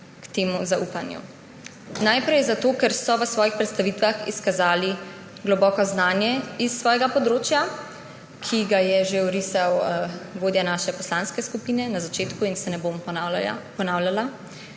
k temu zaupanju. Najprej zato, ker so v svojih predstavitvah izkazali globoko znanje s svojega področja, ki ga je že orisal vodja naše poslanske skupine na začetku in se ne bom ponavljala.